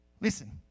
Listen